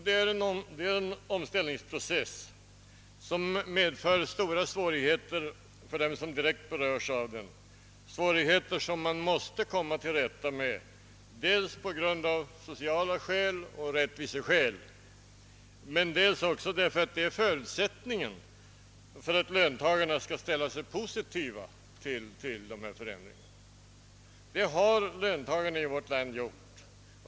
Denna omställningsprocess medför stora svårigheter för den som direkt berörs av den, svårigheter som man måste komma till rätta med, inte bara av sociala skäl och rättviseskäl utan även därför att detta är förutsättningen för att löntagarna skall ställa sig positiva till dessa förändringar. Det har löntagarna i vårt land gjort.